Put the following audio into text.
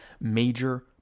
major